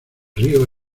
río